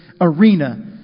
arena